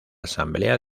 asamblea